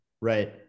right